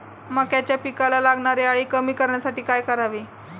मक्याच्या पिकाला लागणारी अळी कमी करण्यासाठी काय करावे?